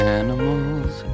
animals